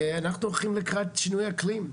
אנחנו הולכים לקראת שינוי אקלים,